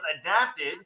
adapted